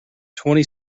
twenty